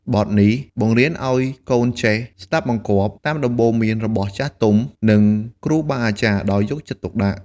បទនេះបង្រៀនឲ្យកូនចេះ ស្ដាប់បង្គាប់ តាមដំបូន្មានរបស់ចាស់ទុំ និងគ្រូបាអាចារ្យដោយយកចិត្តទុកដាក់។